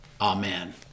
Amen